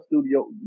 studio